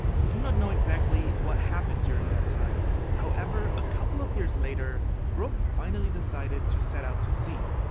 we do not know exactly what happened during that time. however, a couple of years later brook finally decided to set out to sea.